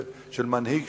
של מנהיג,